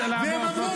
אני מבקש.